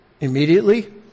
Immediately